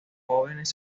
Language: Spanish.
jóvenes